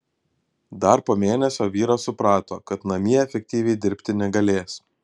dar po mėnesio vyras suprato kad namie efektyviai dirbti negalės